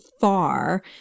far